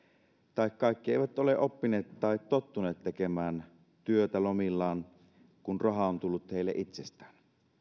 tai kaikki eivät ole oppineet tai tottuneet tekemään työtä lomillaan kun raha on tullut heille itsestään